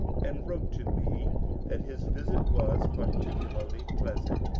and wrote to me that his visit was particularly pleasant.